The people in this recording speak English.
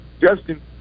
Justin